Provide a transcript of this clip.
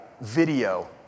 video